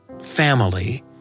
Family